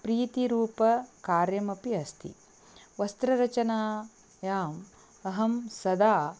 प्रीतिरूपं कार्यमपि अस्ति वस्त्ररचनायाम् अहं सदा